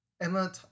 Emma